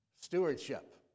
Stewardship